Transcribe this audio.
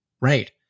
Right